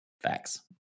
Facts